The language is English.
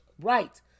right